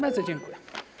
Bardzo dziękuję.